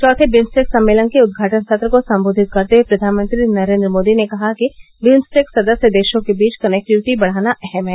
चौथे बिम्स्टेक सम्मेलन के उदघाटन संत्र को सम्बोधित करते हथे प्रधानमंत्री नरेन्द्र मोदी ने कहा कि बिम्स्टेक सदस्य देशों के बीच कनेक्टिविटी बढ़ाना अहम है